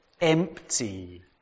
empty